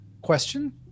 question